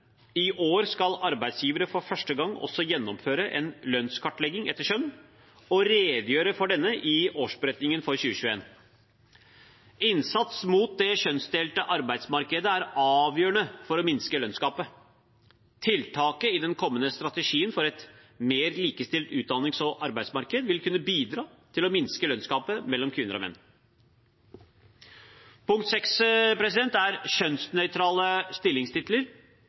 I år skal arbeidsgivere for første gang også gjennomføre en lønnskartlegging etter kjønn og redegjøre for denne i årsberetningen for 2021. Innsats mot det kjønnsdelte arbeidsmarkedet er avgjørende for å minske lønnsgapet. Tiltakene i den kommende strategien for et mer likestilt utdannings- og arbeidsmarked vil kunne bidra til å minske lønnsgapet mellom kvinner og menn. Punkt 6 er kjønnsnøytrale stillingstitler.